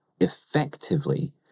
effectively